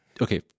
Okay